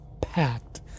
packed